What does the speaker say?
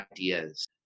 ideas